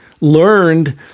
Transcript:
learned